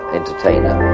entertainer